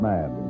Man